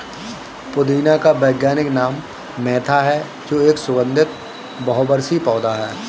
पुदीने का वैज्ञानिक नाम मेंथा है जो एक सुगन्धित बहुवर्षीय पौधा है